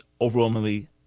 overwhelmingly